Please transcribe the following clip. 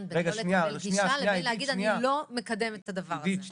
בין לא לקבל גישה לבין לא לקדם את הדבר הזה.